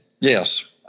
Yes